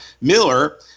Miller